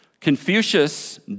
Confucius